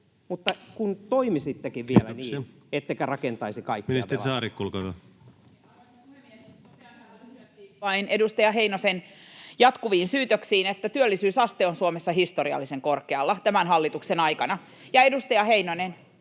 Mutta kun toimisittekin vielä niin ettekä rakentaisi kaikkea...